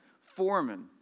Foreman